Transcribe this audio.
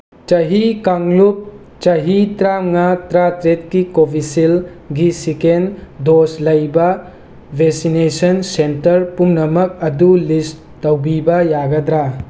ꯆꯍꯤ ꯀꯥꯡꯂꯨꯞ ꯆꯍꯤ ꯇꯔꯥꯃꯉꯥ ꯇꯔꯥꯇꯔꯦꯠꯀꯤ ꯀꯣꯕꯤꯁꯤꯜꯒꯤ ꯁꯦꯀꯦꯟ ꯗꯣꯁ ꯂꯩꯕ ꯚꯦꯁꯤꯅꯦꯁꯟ ꯁꯦꯟꯇꯔ ꯄꯨꯝꯅꯃꯛ ꯑꯗꯨ ꯂꯤꯁ ꯇꯧꯕꯤꯕ ꯌꯥꯒꯗ꯭ꯔ